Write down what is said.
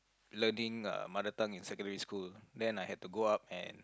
learning mother tongue in secondary school then I had to go up and